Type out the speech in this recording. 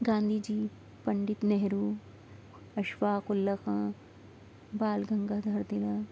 Gandhi ji Pandit Nehru Ashfaq Ullah Khan Bal Gangadhar Tilak